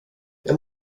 jag